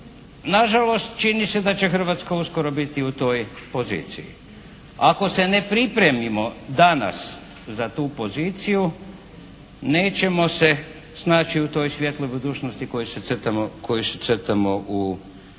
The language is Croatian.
Na žalost čini se da će Hrvatska uskoro biti u toj poziciji. Ako se ne pripremimo danas za tu poziciju nećemo se snaći u toj svijetloj budućnosti koju si crtamo u Europskoj